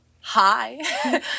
hi